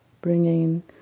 bringing